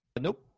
Nope